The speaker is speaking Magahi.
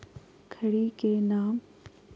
खड़ी के नाम?